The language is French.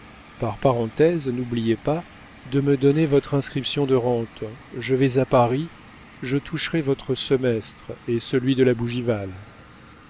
par parenthèse n'oubliez pas de me donner votre inscription de rente je vais à paris je toucherai votre semestre et celui de la bougival